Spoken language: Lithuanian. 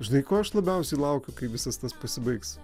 žinai ko aš labiausiai laukiu kai visas tas pasibaigs